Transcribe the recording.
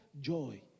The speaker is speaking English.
Joy